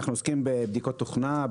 אנחנו עוסקים בבדיקות תוכנה,